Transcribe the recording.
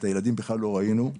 את הילדים בכלל לא ראינו,